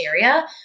area